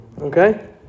Okay